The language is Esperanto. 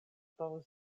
povus